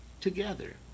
together